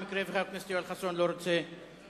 במקרה שחבר הכנסת חסון לא רוצה להמשיך.